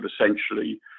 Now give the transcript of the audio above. essentially